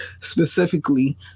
specifically